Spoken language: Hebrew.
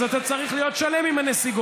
אז אתה צריך להיות שלם עם הנסיגות,